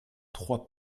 trois